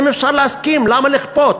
אם אפשר להסכים, למה לכפות?